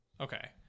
Okay